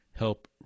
Help